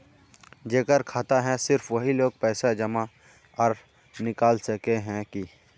जेकर खाता है सिर्फ वही लोग पैसा जमा आर निकाल सके है की?